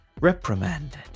reprimanded